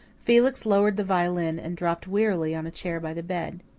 felix lowered the violin and dropped wearily on a chair by the bed.